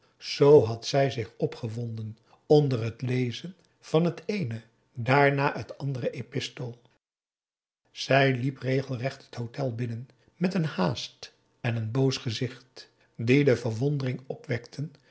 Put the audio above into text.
z had zij zich opgewonden onder het lezen eerst van het eene daarna van het andere epistel zij liep regelrecht t hotel binnen met een haast en een boos gezicht die de verwondering opwekten